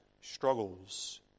struggles